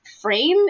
frame